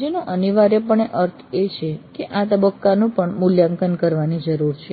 જેનો અનિવાર્યપણે અર્થ એ છે કે આ તબક્કાનું પણ મૂલ્યાંકન કરવાની જરૂર છે